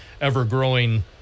ever-growing